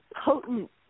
potent